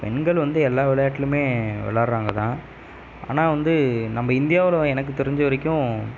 பெண்கள் வந்து எல்லா விளையாட்லையுமே விளாடுறாங்க தான் ஆனால் வந்து நம்ம இந்தியாவில் எனக்கு தெரிஞ்ச வரைக்கும்